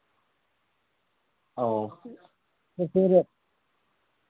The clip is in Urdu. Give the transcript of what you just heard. او تو پھر